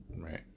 Right